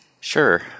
Sure